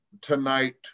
tonight